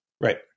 Right